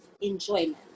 enjoyment